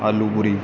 ਆਲੂ ਪੂਰੀ